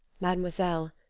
mademoiselle,